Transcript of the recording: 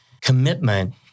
commitment